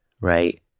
right